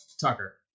Tucker